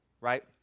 right